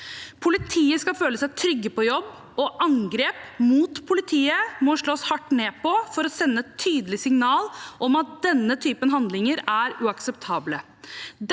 Politiet skal føle seg trygge på jobb, og angrep mot politiet må slås hardt ned på for å sende et tydelig signal om at denne typen handlinger er uakseptable.